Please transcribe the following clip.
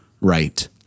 Right